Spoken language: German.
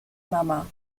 mama